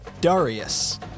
Darius